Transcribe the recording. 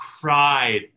cried